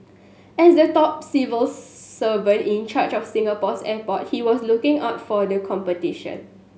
as the top civil servant in charge of Singapore's airport he was looking out for the competition